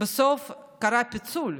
בסוף קרה פיצול,